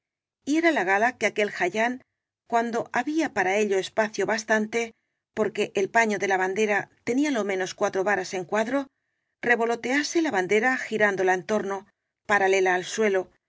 la gala que aquel jayán cuando había para ello espacio bastante porque el paño de la bandera tenía lo menos cuatro varas en cuadro revolotease la ban dera girándola en torno paralela al suelo